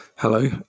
Hello